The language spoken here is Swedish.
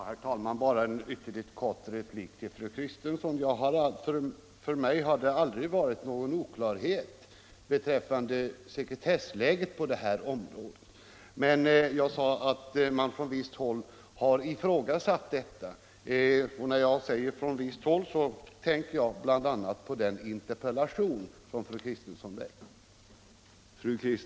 Herr talman! Jag vill bara ge en ytterligt kort replik till fru Kristensson. För mig har det aldrig varit någon oklarhet beträffande sekretessläget på det här området. Men jag sade att man från visst håll hade ifrågasatt detta, och jag tänkte bl.a. på den interpellation som fru Kristensson väckt.